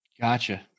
Gotcha